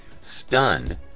Stunned